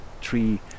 tree